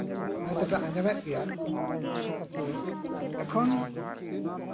ᱦᱚᱭᱛᱳ ᱯᱮ ᱟᱸᱡᱚᱢᱮᱫ ᱜᱮᱭᱟ ᱛᱳ ᱮᱠᱷᱚᱱ